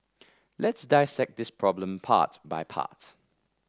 let's dissect this problem part by part